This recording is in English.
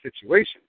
situation